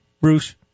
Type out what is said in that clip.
Bruce